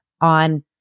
on